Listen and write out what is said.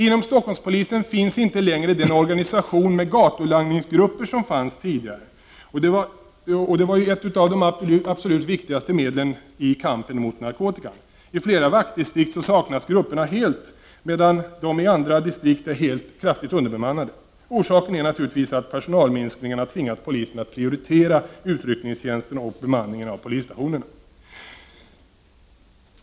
Inom Stockholmspolisen finns inte längre den organisation med gatulangningsgrupper som tidigare fanns och som var ett av de absolut viktigaste medlen i kampen mot narkotikan. I flera vaktdistrikt saknas grupperna helt, medan de i andra distrikt är kraftigt underbemannade. Orsaken är naturligtvis att personalminskningarna tvingat polisen att prioritera utryckningstjänsten och bemanningen av polisstationerna.